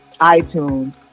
iTunes